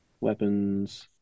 Weapons